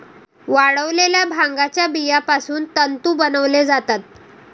वाळलेल्या भांगाच्या बियापासून तंतू बनवले जातात